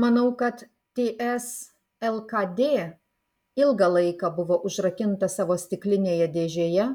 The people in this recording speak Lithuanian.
manau kad ts lkd ilgą laiką buvo užrakinta savo stiklinėje dėžėje